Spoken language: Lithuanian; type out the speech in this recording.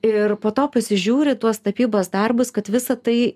ir po to pasižiūri tuos tapybos darbus kad visa tai